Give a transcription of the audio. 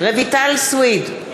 רויטל סויד,